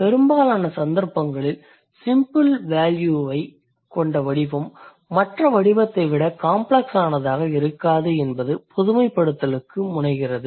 பெரும்பாலான சந்தர்ப்பங்களில் சிம்பிள் வேல்யூவைக் கொண்ட வடிவம் மற்ற வடிவத்தை விட காம்ப்ளக்ஸானதாக இருக்காது என்பது பொதுமைப்படுத்தலுக்கு முனைகிறது